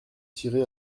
tiré